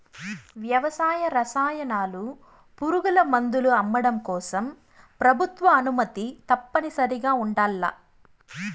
వ్యవసాయ రసాయనాలు, పురుగుమందులు అమ్మడం కోసం ప్రభుత్వ అనుమతి తప్పనిసరిగా ఉండల్ల